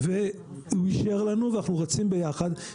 והוא אישר לנו ואנחנו רצים ביחד.